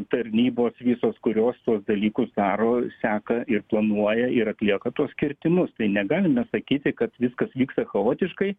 tarnybos visos kurios tuos dalykus daro seka ir planuoja ir atlieka tuos kirtimus tai negalime sakyti kad viskas vyksta chaotiškai